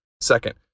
second